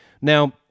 Now